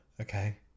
Okay